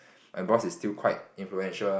my boss is still quite influential